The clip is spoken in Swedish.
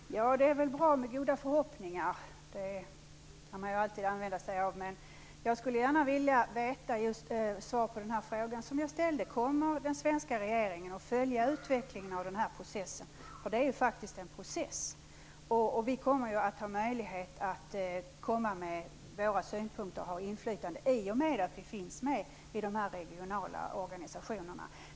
Fru talman! Det är väl bra med goda förhoppningar - sådana kan man alltid ha - men jag skulle gärna vilja få svar på den fråga som jag ställde: Kommer den svenska regeringen att följa utvecklingen av den här processen? Det är faktiskt fråga om en process. Vi kommer att ha möjlighet att anföra synpunkter och utöva inflytande i och med att vi är med i de regionala organisationerna.